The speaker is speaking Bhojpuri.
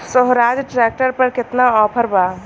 सोहराज ट्रैक्टर पर केतना ऑफर बा?